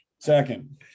Second